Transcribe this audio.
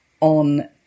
on